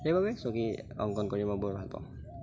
সেইবাবে ছবি অংকন কৰি মই বৰ ভালপাওঁ